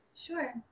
Sure